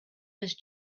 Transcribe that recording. his